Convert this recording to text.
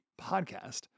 podcast